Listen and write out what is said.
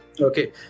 Okay